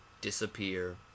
disappear